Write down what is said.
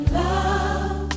love